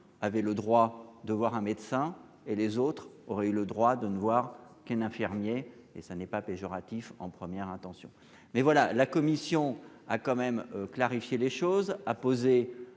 avait le droit de voir un médecin et les autres auraient eu le droit de ne voir qu'un infirmier et ça n'est pas péjoratif en première intention mais voilà, la commission a quand même clarifier les choses à poser